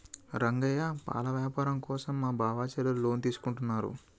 రంగయ్య పాల వ్యాపారం కోసం మా బావ చెల్లెలు లోన్ తీసుకుంటున్నారు